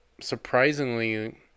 surprisingly